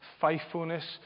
faithfulness